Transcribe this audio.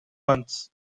months